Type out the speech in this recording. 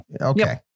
Okay